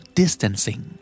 distancing